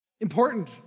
Important